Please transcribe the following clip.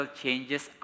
changes